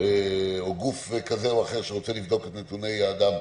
או גוף כזה או אחר שרוצה לבדוק את נתוני האדם,